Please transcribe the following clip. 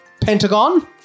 Pentagon